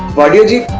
why did you